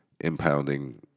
impounding